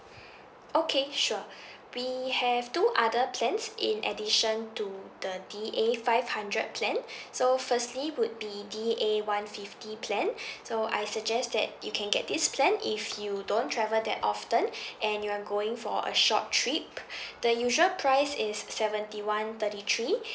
okay sure we have two other plans in addition to the D_A five hundred plan so firstly would be D_A one fifty plan so I suggest that you can get this plan if you don't travel that often and you're going for a short trip the usual price is seventy one thirty three